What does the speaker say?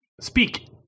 Speak